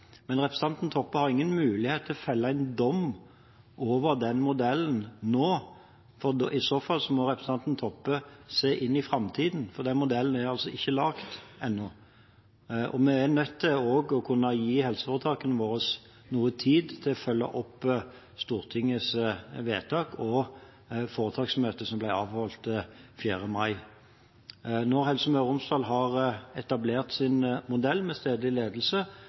Men representanten Toppe har ingen mulighet til å felle en dom over den modellen nå. I så fall må representanten Toppe se inn i framtiden, for den modellen er altså ikke laget ennå. Vi er også nødt til å kunne gi helseforetakene våre noe tid til å følge opp Stortingets vedtak og foretaksmøtet som ble avholdt 4. mai. Når Helse Møre og Romsdal har etablert sin modell med stedlig ledelse,